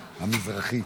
מביך,